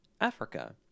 Africa